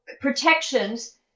protections